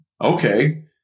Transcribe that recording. okay